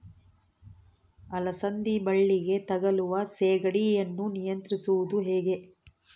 ಅಲಸಂದಿ ಬಳ್ಳಿಗೆ ತಗುಲುವ ಸೇಗಡಿ ಯನ್ನು ನಿಯಂತ್ರಿಸುವುದು ಹೇಗೆ?